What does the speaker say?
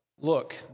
Look